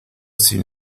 sin